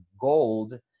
gold